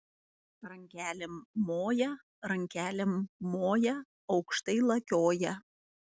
rankelėm moja rankelėm moja aukštai lakioja